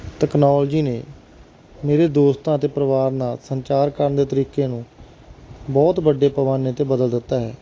technology ਨੇ ਮੇਰੇ ਦੋਸਤਾਂ ਅਤੇ ਪਰਿਵਾਰ ਨਾਲ ਸੰਚਾਰ ਕਰਨ ਦੇ ਤਰੀਕਿਆਂ ਨੂੰ ਬਹੁਤ ਵੱਡੇ ਪੈਮਾਨੇ 'ਤੇ ਬਦਲ ਦਿੱਤਾ ਹੈ